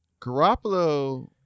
Garoppolo